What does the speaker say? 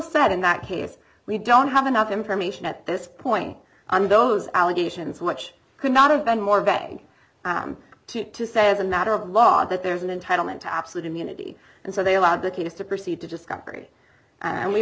set in that case we don't have enough information at this point on those allegations which could not have been more begging him to to say as a matter of law that there's an entitlement to absolute immunity and so they allowed the case to proceed to discovery and we